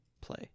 play